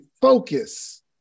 focus